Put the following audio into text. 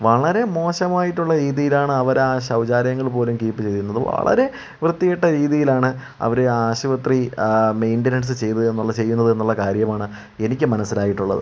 വളരെ മോശമായിട്ടുള്ള രീതിയിലാണ് അവർ ആ ശൗചാലയങ്ങൾ പോലും കീപ്പ് ചെയ്തിരുന്നതു വളരെ വൃത്തികെട്ട രീതിയിലാണ് അവർ ആ ആശുപത്രി മെയിൻറ്റനൻസ് ചെയ്തു തരുന്നുള്ള ചെയ്യുന്നതെന്നുള്ള കാര്യമാണ് എനിക്കു മനസ്സിലായിട്ടുള്ളത്